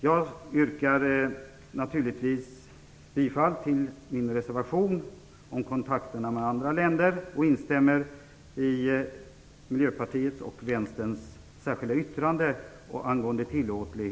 Jag yrkar naturligtvis bifall till min reservation om kontakterna med andra länder och instämmer i Miljöpartiets och